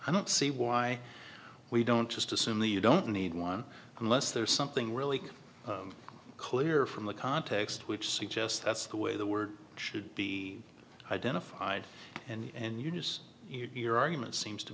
i don't see why we don't just assume the you don't need one unless there's something really clear from the context which suggests that's the way the word should be identified and you just your argument seems to